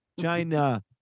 China